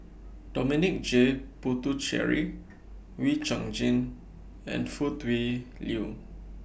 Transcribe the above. Dominic J Puthucheary Wee Chong Jin and Foo Tui Liew